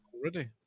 Already